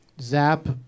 Zap